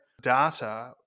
data